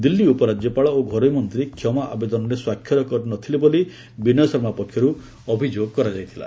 ଦିଲ୍ଲୀ ଉପରାଜ୍ୟପାଳ ଓ ଘରୋଇ ମନ୍ତ୍ରୀ କ୍ଷମା ଆବେଦନରେ ସ୍ୱାକ୍ଷର କରିନଥିଲେ ବୋଲି ବିନୟ ଶର୍ମା ପକ୍ଷରୁ ଅଭିଯୋଗ କରାଯାଇଥିଲା